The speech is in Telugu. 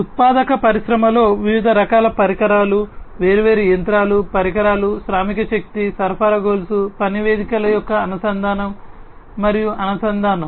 ఉత్పాదక పరిశ్రమలో వివిధ పరికరాలు వేర్వేరు యంత్రాలు పరికరాలు శ్రామిక శక్తి సరఫరా గొలుసు పని వేదికల యొక్క అనుసంధానం మరియు అనుసంధానం